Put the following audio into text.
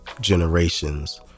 generations